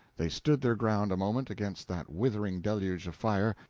they stood their ground a moment against that withering deluge of fire,